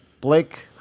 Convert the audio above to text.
Blake